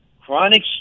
Chronic